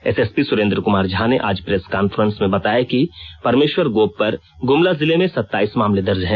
SSP Surendra Kumar Jha ने आज press conference में बताया कि परमेश्वर गोप पर गुमला जिले में सत्ताईस मामले दर्ज हैं